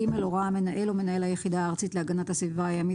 הורה המנהל או מנהלך היחידה הארצית להגנת הסביבה הימית